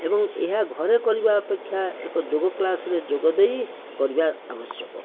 ଏବଂ ଏହା ଘରେ କରିବା ଅପେକ୍ଷା ଏକ ଯୋଗ କ୍ଳାସରେ ଯୋଗ ଦେଇ କରିବା ଆବଶ୍ୟକ